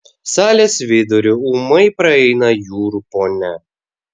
salės viduriu ūmai praeina jūrų ponia